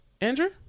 Andrew